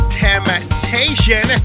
temptation